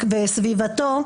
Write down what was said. וסביבתו,